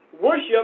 worship